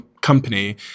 company